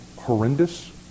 horrendous